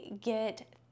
get